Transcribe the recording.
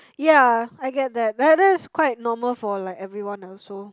ya I get that that that's quite normal for like everyone also